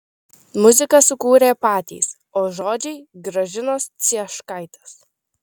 muziką sukūrė patys o žodžiai gražinos cieškaitės